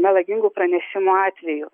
melagingų pranešimų atveju